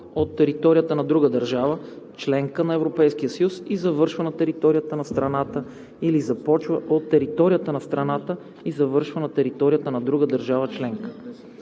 от територията на друга държава – членка на Европейския съюз, и завършва на територията на страната или започва от територията на страната и завършва на територията на друга държава членка.